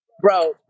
bro